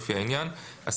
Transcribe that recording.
לפי העניין"; (1א)